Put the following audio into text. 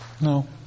No